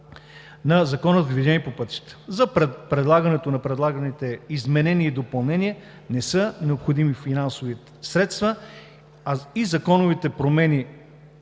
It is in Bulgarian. на Закона за движението по пътищата. За предлагането на предлаганите изменения и допълнения не са необходими финансови средства и законовите промени,